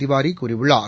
திவாரி கூறியுள்ளார்